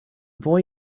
boy